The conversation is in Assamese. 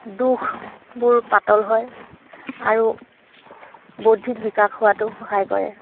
দুখবোৰ পাতল হয় আৰু বৌদ্ধিক বিকাশ হোৱাতো সহায় কৰে